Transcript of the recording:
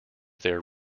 their